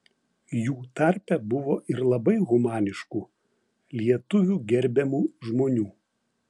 jų tarpe buvo ir labai humaniškų lietuvių gerbiamų žmonių